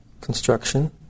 construction